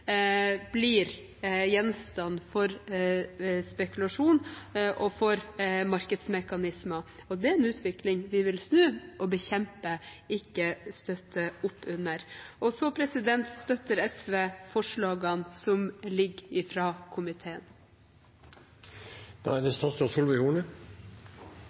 blir gjenstand for spekulasjon og markedsmekanismer. Det er en utvikling vi vil snu og bekjempe – ikke støtte opp under.